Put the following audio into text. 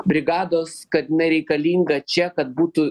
brigados kad jinai reikalinga čia kad būtų